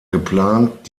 geplant